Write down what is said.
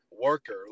worker